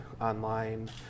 online